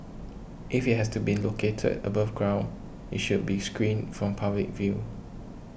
if it has to been located above ground it should be screened from public view